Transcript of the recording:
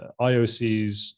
IOCs